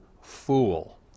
fool